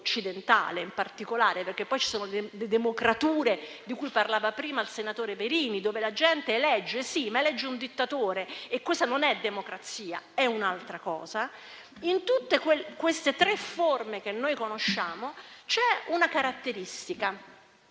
occidentale, perché poi ci sono le cosiddette "democrature" di cui parlava prima il senatore Verini, dove la gente elegge sì, ma elegge un dittatore e questa non è democrazia, ma un'altra cosa. In tutte queste tre forme che noi conosciamo c'è una caratteristica: